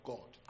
God